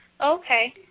Okay